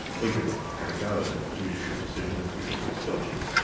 we can have a go at a judicial decision if we think it's dodgy.